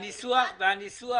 הניסוח,